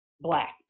black